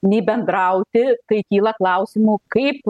nei bendrauti kai kyla klausimų kaip